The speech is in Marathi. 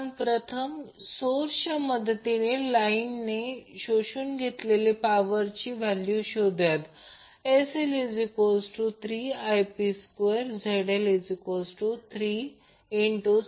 आपण प्रथम या सोर्सच्या मदतीने लाईनने शोषून घेतलेल्या पॉवरची व्हॅल्यू शोधूया ती Sl3Ip2Zl36